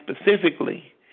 specifically